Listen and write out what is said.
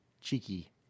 cheeky